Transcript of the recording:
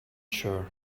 sure